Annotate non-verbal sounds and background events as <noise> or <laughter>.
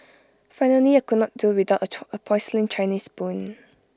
finally I could not do without <unintelligible> A porcelain Chinese spoon